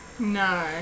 No